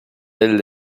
elles